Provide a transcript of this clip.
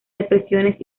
depresiones